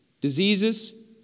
diseases